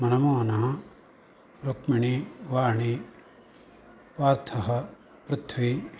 मनमोहना रुक्मिणी वाणी पार्थः पृथ्वी